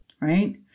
Right